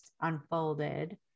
unfolded